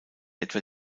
etwa